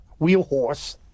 wheelhorse